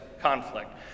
conflict